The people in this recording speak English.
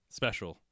special